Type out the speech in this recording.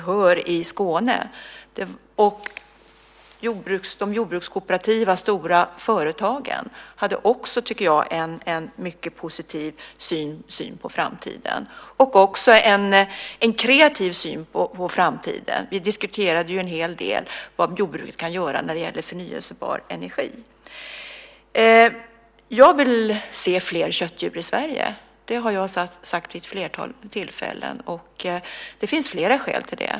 De stora jordbrukskooperativa företagen hade också en mycket positiv och också kreativ syn på framtiden. Vi diskuterade en hel del vad jordbruket kan göra när det gäller förnybar energi. Jag vill se fler köttdjur i Sverige. Det har jag sagt vid ett flertal tillfällen. Det finns flera skäl till det.